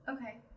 Okay